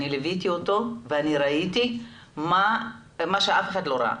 לוויתי אותו וראיתי מה שאף אחד לא ראה,